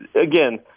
again –